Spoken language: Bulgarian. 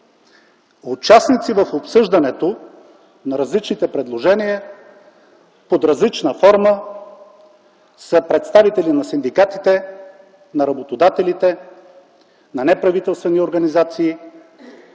Участници в обсъждането на различните предложения под различна форма са представители на синдикатите, на работодателите, на неправителствени организации,